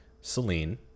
Celine